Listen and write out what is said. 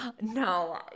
No